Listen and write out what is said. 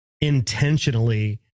intentionally